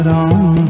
Ram